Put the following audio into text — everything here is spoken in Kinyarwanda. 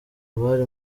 abari